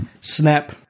Snap